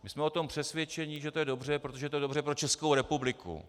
My jsme o tom přesvědčeni, že to je dobře, protože to je dobře pro Českou republiku.